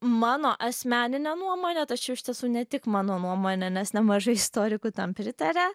mano asmenine nuomone tačiau iš tiesų ne tik mano nuomone nes nemažai istorikų tam pritaria